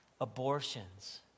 abortions